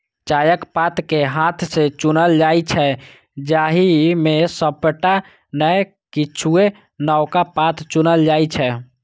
चायक पात कें हाथ सं चुनल जाइ छै, जाहि मे सबटा नै किछुए नवका पात चुनल जाइ छै